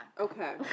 Okay